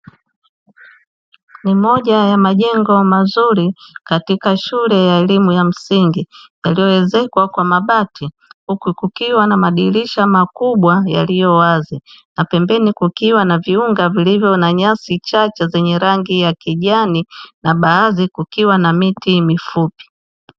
Ni moja ya majengo mazuri katika shule ya elimu ya msingi yaliyoezekwa kwa mabati, huku kukiwa na madirisha makubwa yaliyo wazi, na pembeni kukiwa na viunga vilivyo na nyasi chache zenye rangi ya kijani na baadhi kukiwa na miti mifupi.